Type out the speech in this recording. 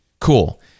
cool